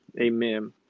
Amen